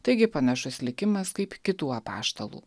taigi panašus likimas kaip kitų apaštalų